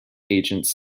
agents